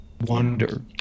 wonder